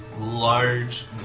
Large